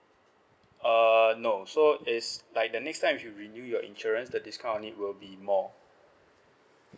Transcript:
uh no so it's like the next time if you renew your insurance the discount on it will be more